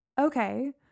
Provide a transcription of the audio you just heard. Okay